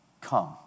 come